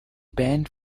band